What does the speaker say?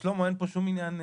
שלמה, אין פה שום עניין בריאותי,